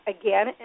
again